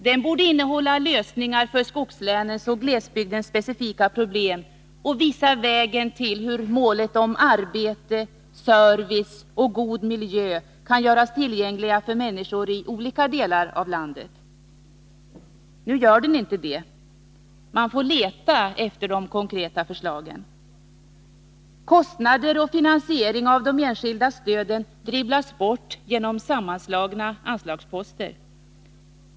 Den borde innehålla lösningar för skogslänens och glesbygdens specifika problem och visa vägen till hur arbete, service och god miljö kan göras tillgängliga för människor i olika delar av landet. Nu gör den inte det. Man får leta efter de konkreta förslagen. Kostnader och finansiering av de enskilda stöden dribblas bort genom sammanslagna anslagsposter.